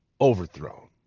overthrown